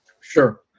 Sure